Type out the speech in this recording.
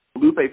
Lupe